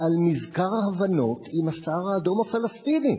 על מזכר הבנות עם הסהר-האדום הפלסטיני.